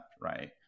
Right